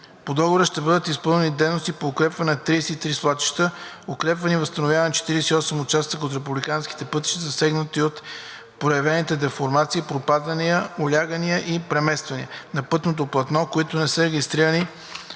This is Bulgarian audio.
По договора ще бъдат изпълнени дейности по: укрепване на 33 свлачища; укрепване и възстановяване на 48 участъка от републикански пътища, засегнати от проявени деформации – пропадания, улягания и премествания на пътното платно, които не са регистрирани